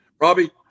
Robbie